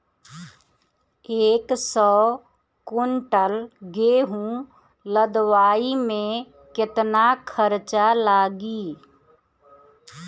एक सौ कुंटल गेहूं लदवाई में केतना खर्चा लागी?